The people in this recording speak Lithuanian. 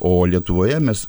o lietuvoje mes